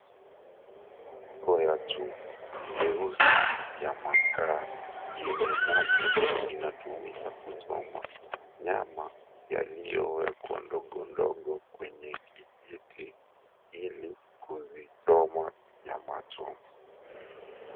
Jiko ya chuma nyeusi ya makaa yenye moto inatumika kuchoma nyama yaliyowekwa ndogo ndogo kwenye kijiti ili kuzichoma nyama choma.